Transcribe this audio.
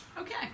okay